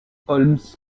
holmes